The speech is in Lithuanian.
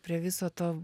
prie viso to